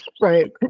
Right